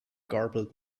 garbled